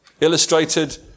Illustrated